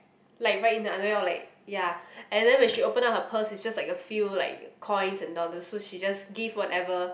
like right in the underwear or like ya and then when she open up her purse it's just like a few like coins and all those so she just give whatever